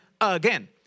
again